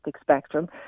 spectrum